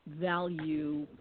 value